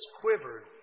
quivered